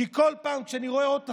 כי בכל פעם שאני רואה עוד תחקיר,